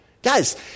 Guys